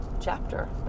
chapter